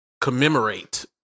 commemorate